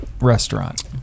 restaurant